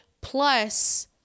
plus